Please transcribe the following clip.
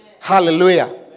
Hallelujah